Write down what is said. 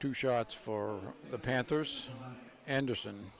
two shots for the panthers anderson